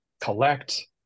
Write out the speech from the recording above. collect